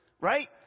Right